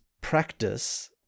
practice